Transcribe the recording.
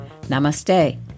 namaste